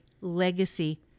legacy